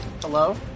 Hello